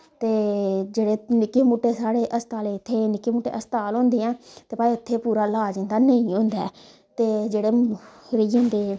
ते जेह्ड़े निक्के मुट्टे साढ़े हस्ताल इत्थै निक्के मुट्टे हस्ताल होंदे ऐं ते भला इत्थै पूरा लाज़ इं'दा नेंई होंदा ऐ ते जेह्ड़े रेही जंदे